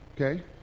Okay